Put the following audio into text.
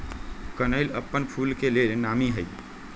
कनइल अप्पन फूल के लेल नामी हइ